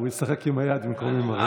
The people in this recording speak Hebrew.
הוא ישחק עם היד במקום עם הרגל.